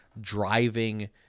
driving